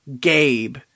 Gabe